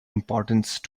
importance